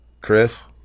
chris